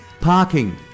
Parking